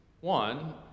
One